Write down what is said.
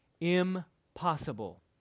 Impossible